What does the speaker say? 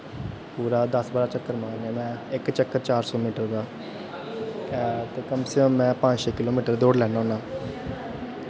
पूरा दस बारां चक्कर मारना होन्ना इक चक्कर चार सौ मीटर दा ते कम से कम पंज छे किलो मीटर दौड़ी लैन्ना होन्ना